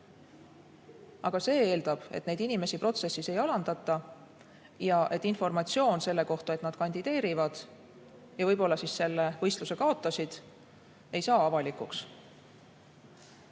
Aga see eeldab, et neid inimesi protsessis ei alandata ning et informatsioon selle kohta, et nad kandideerivad ja võib-olla selle võistluse kaotasid, ei saa avalikuks.